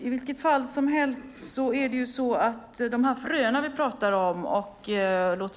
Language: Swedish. I vilket fall talar vi här om fröer.